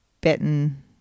bitten